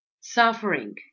suffering